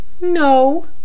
No